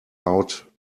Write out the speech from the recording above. out